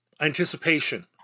anticipation